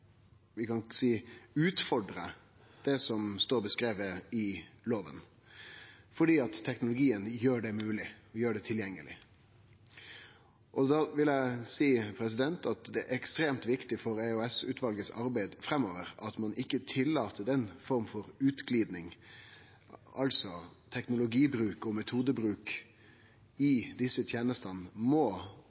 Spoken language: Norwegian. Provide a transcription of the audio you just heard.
utfordrar det som står skrive i loven, fordi teknologien gjer det mogleg og tilgjengeleg. Da vil eg seie at det er ekstremt viktig for EOS-utvalets arbeid framover at ein ikkje tillèt den forma for utgliding. Teknologibruk og metodebruk i desse tenestene må